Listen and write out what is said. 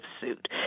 suit